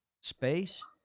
space